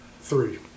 Three